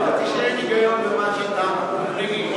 אמרתי: אין היגיון במה שאתה מביא.